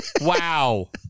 Wow